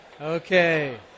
Okay